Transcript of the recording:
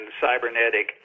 cybernetic